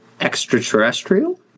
extraterrestrial